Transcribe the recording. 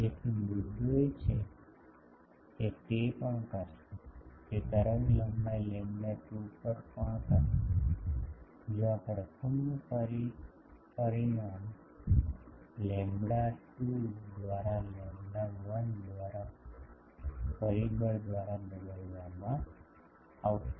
તેથી મુદ્દો એ છે કે તે પણ કરશે તે તરંગલંબાઇ લેમ્બડા 2 પર પણ કરશે જો આ પ્રથમનું પરિમાણ લેમ્બડા 2 દ્વારા લેમ્બડા 1 દ્વારા પરિબળ દ્વારા બદલવામાં આવશે